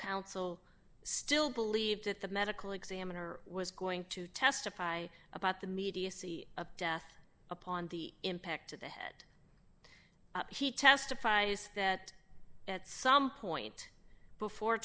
counsel still believes that the medical examiner was going to testify about the media see of death upon the impact to the head she testifies that at some point before